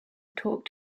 talk